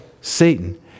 Satan